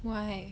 why